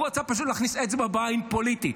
הוא רצה פשוט להכניס אצבע בעין פוליטית.